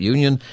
Union